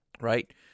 right